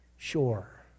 Sure